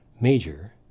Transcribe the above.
major